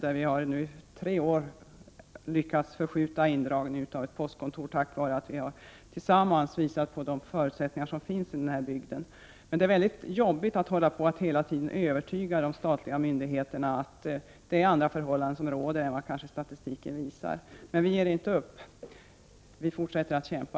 Där har vi i tre år lyckats skjuta på en indragning av ett postkontor tack vare att vi tillsammans har visat på de förutsättningar som finns i bygden. Men det är mycket jobbigt att hela tiden övertyga de statliga myndigheterna att det är andra förhållanden som råder än vad kanske statistiken visar. Vi ger inte upp. Vi fortsätter att kämpa.